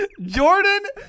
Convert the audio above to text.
Jordan